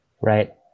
Right